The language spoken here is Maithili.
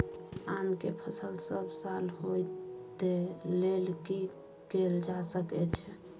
आम के फसल सब साल होय तै लेल की कैल जा सकै छै?